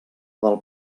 del